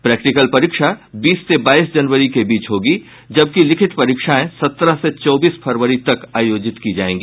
practical परीक्षा बीस से बाईस जनवरी के बीच में होगा जबकि लिखित परीक्षाएं सत्रह से चौबीस फरवरी तक के बीच आयोजित की जायेगी